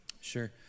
Sure